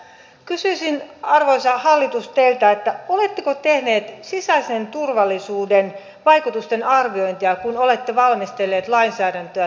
kysyisin arvoisa hallitus teiltä oletteko tehneet sisäisen turvallisuuden vaikutusten arviointia kun olette valmistelleet lainsäädäntöä tälle kaudelle